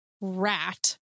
rat